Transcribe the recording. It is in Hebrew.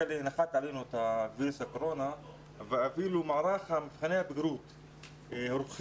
נחת עלינו וירוס הקורונה ואפילו מערך מבחני הבגרות הורחב.